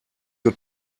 you